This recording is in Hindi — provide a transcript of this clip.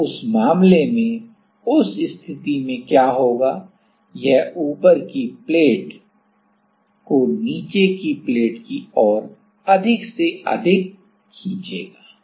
और उस मामले में उस स्थिति में क्या होगा यह ऊपर की प्लेट को नीचे की प्लेट की ओर अधिक से अधिक खींचेगा